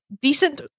decent